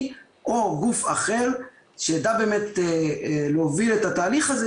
או גוף אחר שידע להוביל את התהליך הזה,